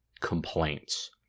complaints